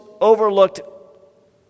overlooked